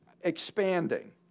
expanding